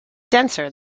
denser